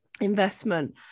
investment